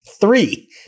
Three